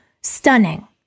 stunning